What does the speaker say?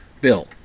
Bill